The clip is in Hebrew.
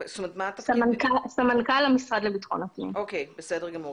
בסדר גמור.